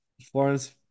Florence